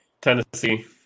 Tennessee